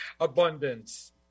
abundance